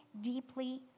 deeply